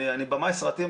אני במאי סרטים,